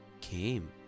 came